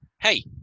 hey